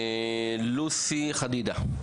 לוסי חדידה.